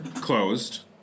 closed